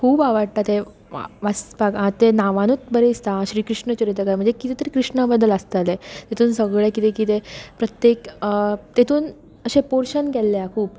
खूब आवडटा ते वाचपाक आनी ते नावांनूच बरें दिसता श्रीकृष्ण चरित्र म्हणजे कितें तरी कृष्ण बद्दल आसतले तातूंत सगळें कितें कितें प्रत्येक तातूंत अशें पोर्शन केल्ले आसा खूब